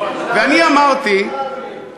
ואני אמרתי,